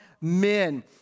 men